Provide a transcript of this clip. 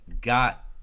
Got